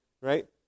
Right